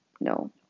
no